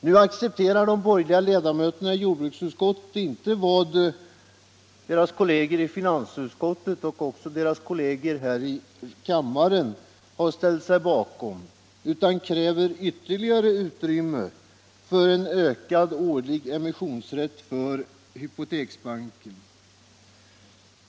Nu accepterar de borgerliga ledamöterna i jordbruksutskottet inte vad deras kolleger i finansutskottet och här i kammaren har ställt sig bakom utan kräver ytterligare utrymme för en ökad årlig emissionsrätt för Hypoteksbanken.